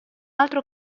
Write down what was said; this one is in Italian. altro